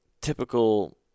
typical